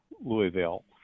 Louisville